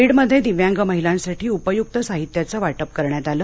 बीड मध्ये दिव्यांग महिलांसाठी उपयुक्त साहित्याचं वाटप करण्यात आलं